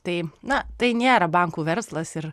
tai na tai nėra bankų verslas ir